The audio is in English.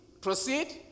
Proceed